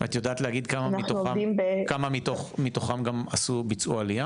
את יודעת להגיד כמה מתוכם גם עשו עלייה?